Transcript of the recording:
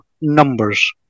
numbers